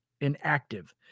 inactive